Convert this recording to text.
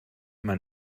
man